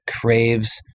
craves